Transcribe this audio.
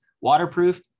waterproof